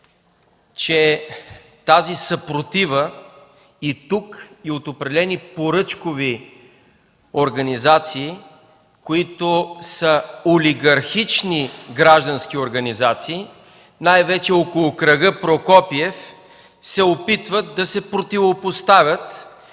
че тази съпротива и тук, и от определени поръчкови организации, които са олигархични граждански организации, най-вече около кръга Прокопиев, се опитват да се противопоставят